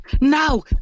Now